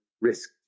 risk